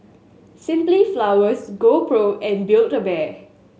Simply Flowers GoPro and Build A Bear